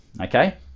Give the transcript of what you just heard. okay